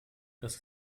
dass